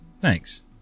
Thanks